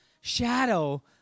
shadow